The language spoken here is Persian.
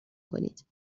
کنید